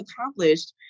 accomplished